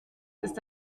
ist